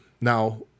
Now